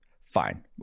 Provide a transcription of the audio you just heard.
fine